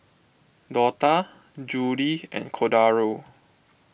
Dortha Judy and Cordaro